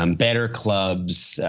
um better clubs,